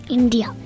India